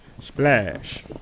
Splash